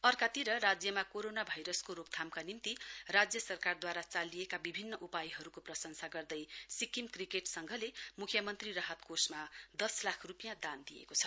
अर्कातिर राज्यमा कोरोना भाइरसको रोकथामका निम्ति राज्य सरकारद्वारा चालिएका विभिन्न उपायहरुको प्रशंसा गर्दै सिक्किम क्रिकेट संघले मुख्यमन्त्री राहत कोषमा दस लाख रुपियाँ दान दिएको छ